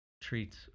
treats